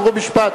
חוק ומשפט,